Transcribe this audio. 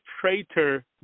Traitor